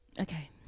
Okay